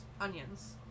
onions